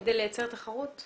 כדי לייצר תחרות?